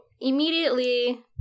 immediately